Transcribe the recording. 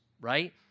right